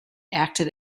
acted